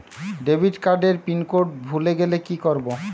Debit card এর pin code ভুলে গেলে কি করব?